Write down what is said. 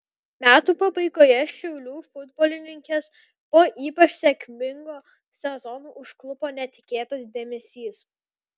metų pabaigoje šiaulių futbolininkes po ypač sėkmingo sezono užklupo netikėtas dėmesys